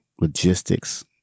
logistics